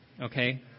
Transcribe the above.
okay